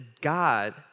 God